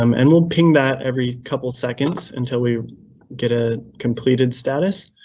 um and we'll ping that every couple seconds until we get a completed status.